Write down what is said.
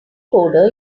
coder